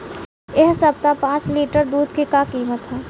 एह सप्ताह पाँच लीटर दुध के का किमत ह?